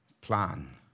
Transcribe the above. plan